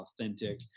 authentic